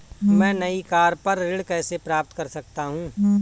मैं नई कार पर ऋण कैसे प्राप्त कर सकता हूँ?